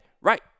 right